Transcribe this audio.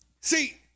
See